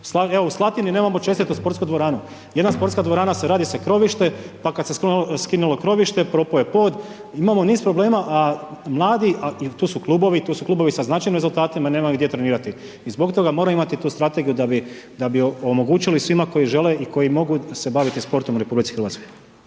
evo u Slatini nemamo čestitu sportsku dvoranu, jedan sportska dvorana radi se krovište, pa kad se skinulo krovište, propo je pod, imamo niz problema, a mladi, tu su klubovi, tu su klubovi sa značajnim rezultatima nemaju gdje trenirati i zbog toga moramo imati tu strategiju da bi, da bi omogućili svima koji žele i koji mogu se baviti sportom u RH.